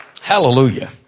Hallelujah